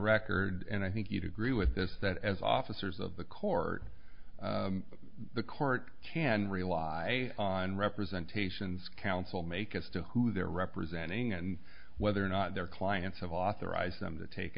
record and i think you'd agree with this that as officers of the court the court can rely on representations counsel make as to who they're representing and whether or not their clients have authorized them to take